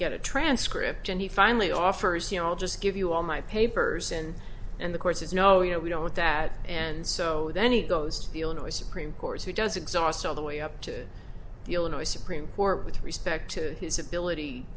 get a transcript and he finally offers i'll just give you all my papers and and the court says no you know we don't want that and so then he goes to the illinois supreme court who does exhaust all the way up to the illinois supreme court with respect to his ability